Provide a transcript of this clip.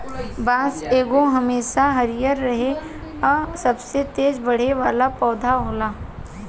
बांस एगो हमेशा हरियर रहे आ सबसे तेज बढ़े वाला पौधा होला